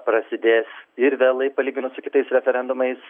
prasidės ir vėlai palyginus su kitais referendumais